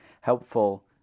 helpful